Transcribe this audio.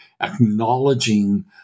acknowledging